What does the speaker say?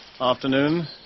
Afternoon